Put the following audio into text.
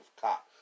cop